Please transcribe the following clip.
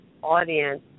audience